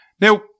Now